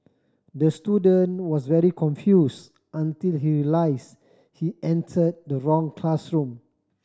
the student was very confuse until he realise he enter the wrong classroom